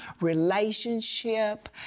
relationship